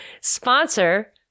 sponsor